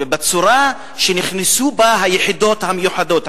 בצורה שנכנסו בה היחידות המיוחדות,